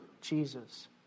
Jesus